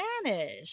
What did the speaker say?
Spanish